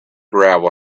gravel